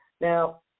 Now